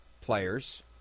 players